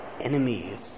enemies